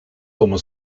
como